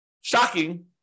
shocking